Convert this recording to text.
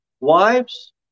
Wives